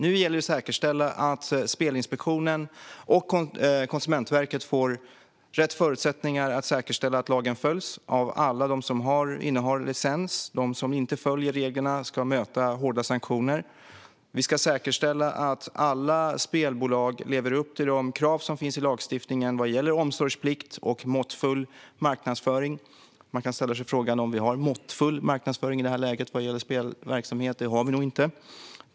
Nu gäller det att säkerställa att Spelinspektionen och Konsumentverket får rätt förutsättningar att säkerställa att lagen följs av alla dem som innehar licens. De som inte följer reglerna ska möta hårda sanktioner. Vi ska säkerställa att alla spelbolag lever upp till de krav som finns i lagstiftningen vad gäller omsorgsplikt och måttfull marknadsföring. Man kan ställa sig frågan om vi har måttfull marknadsföring i det här läget vad gäller spelverksamhet. Det har vi nog inte.